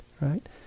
Right